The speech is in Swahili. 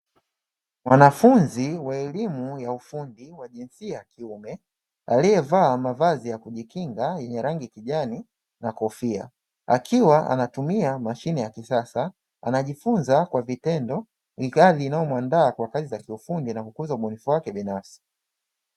Mwanafunzi wa elimu ya ufundi wa jinsia kiume aliyevaa mavazi ya kujikinga yenye rangi kijani na kofia, akiwa anatumia mashine ya kisasa anajifunza kwa vitendo, ni hali inayomuandaa kwa kazi za kiufundi na kukuza ubunifu wake binafsi.